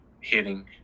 hitting